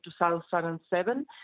2007